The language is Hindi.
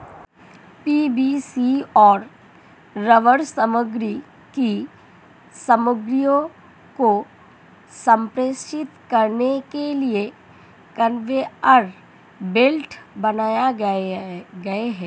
पी.वी.सी और रबर सामग्री की सामग्रियों को संप्रेषित करने के लिए कन्वेयर बेल्ट बनाए गए हैं